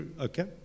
okay